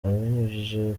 abinyujije